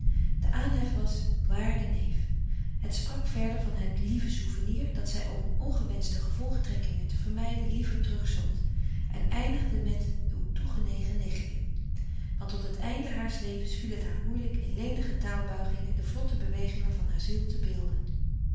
de aanhef was waarde neef het sprak verder van het lieve souvenir dat zij om ongewenschte gevolgtrekkingen te vermijden liever terugzond en eindigde met uw toegenegen nichtje want tot het einde haars levens viel het haar moeielijk in lenige taalbuigingen de vlotte bewegingen van haar ziel te beelden